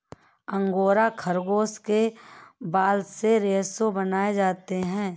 angora खरगोश के बाल से रेशे बनाए जाते हैं